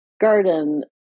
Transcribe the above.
garden